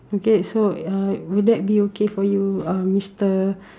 okay so uh will that be okay for you uh mister